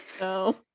No